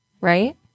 Right